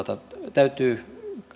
täytyy